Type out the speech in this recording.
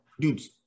dude's